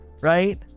right